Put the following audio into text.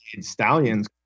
Stallions